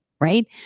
Right